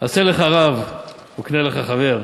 עשה לך רב וקנה לך חבר.